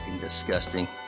Disgusting